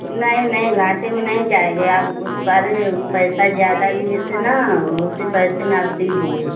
नहीं नहीं घाटे में नहीं जाएगे आप उस बार पैसा ज़्यादा लिए थे ना उसी पैसे में आप दीजिए